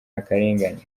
akarengane